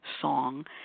song